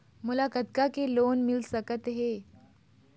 मोला कतका के लोन मिल सकत हे?